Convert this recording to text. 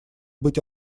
быть